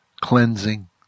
cleansing